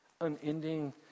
Unending